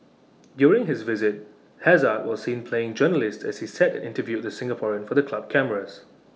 during his visit hazard was seen playing journalist as he sat and interviewed the Singaporean for the club cameras